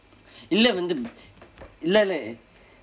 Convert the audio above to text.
இல்லை வந்து இல்லை இல்லை:illai vandthu illia illai